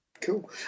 Cool